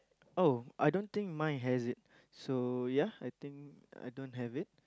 oh I don't think mine has it so ya I think I don't have it